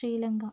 Sri Lanka